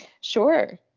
Sure